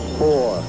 four